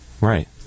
Right